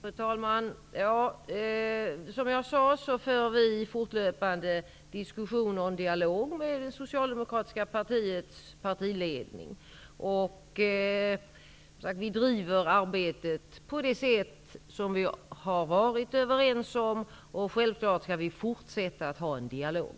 Fru talman! Som jag sade för regeringen en fortlöpande diskussion och en dialog med det socialdemokratiska partiets partiledning. Vi driver arbetet på det sätt som vi har varit överens om, och självfallet skall vi fortsätta att ha en dialog.